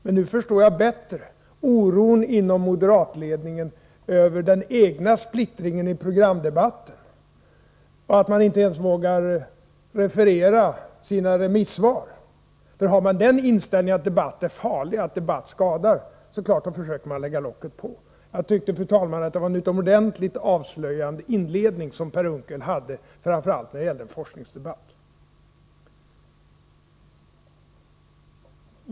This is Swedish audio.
Men nu förstår jag bättre oron inom moderatledningen över den egna splittringen i programdebatten och att man inte ens vågar referera sina remissvar. Har man den inställningen att debatt är farlig, att debatt skadar, då är det klart att man försöker lägga locket på. Jag tyckte, fru talman, att det var en utomordentligt avslöjande inledning som Per Unckel hade framför allt när det gällde forskningsdebatt.